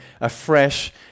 afresh